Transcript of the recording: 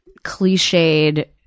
cliched